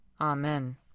Amen